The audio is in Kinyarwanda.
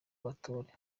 batore